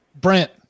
Brent